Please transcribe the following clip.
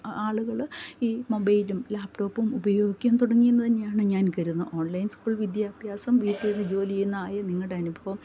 ആളുകൾ ഈ മൊബൈലും ലാപ്ടോപ്പും ഉപയോഗിക്കാൻ തുടങ്ങിയെന്ന് തന്നെയാണ് ഞാൻ കരുതുന്ന് ഓൺലൈൻ സ്കൂൾ വിദ്യാഭ്യാസം വീട്ടിലിരുന്ന് ജോലിചെയ്യുന്നതായ നിങ്ങളുടെ അനുഭവം